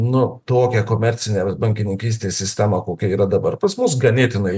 nu tokią komercinę vat bankininkystės sistemą kokia yra dabar pas mus ganėtinai